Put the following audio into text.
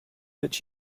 that